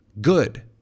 good